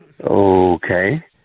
Okay